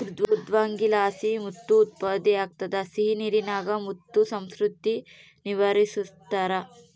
ಮೃದ್ವಂಗಿಲಾಸಿ ಮುತ್ತು ಉತ್ಪತ್ತಿಯಾಗ್ತದ ಸಿಹಿನೀರಿನಾಗ ಮುತ್ತು ಸಂಸ್ಕೃತಿ ನಿರ್ವಹಿಸ್ತಾರ